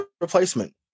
replacement